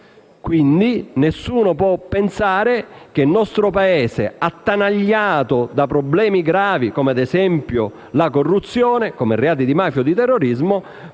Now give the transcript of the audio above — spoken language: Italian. Quindi, nessuno può pensare che nel nostro Paese, attanagliato da problemi gravi, come la corruzione e i reati di mafia e terrorismo,